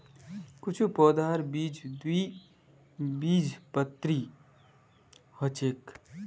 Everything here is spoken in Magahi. कुछू पौधार बीज द्विबीजपत्री ह छेक